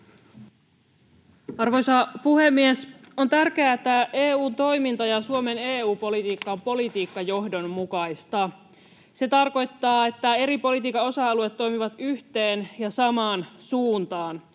Arvoisa puhemies! On tärkeää, että EU:n toiminta ja Suomen EU-politiikka ovat politiikkajohdonmukaisia. Se tarkoittaa, että eri politiikan osa-alueet toimivat yhteen ja samaan suuntaan,